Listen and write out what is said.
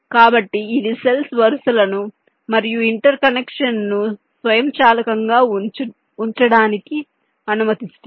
కాబట్టి ఇది సెల్స్ వరుసలను మరియు ఇంటర్ కనెక్షన్ను స్వయంచాలకంగా ఉంచడానికి అనుమతిస్తుంది